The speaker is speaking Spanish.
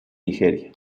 nigeria